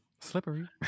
Slippery